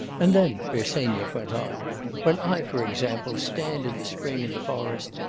and then bersenyev went on when i, for example, stand in the spring in the forest,